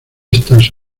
estas